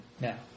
now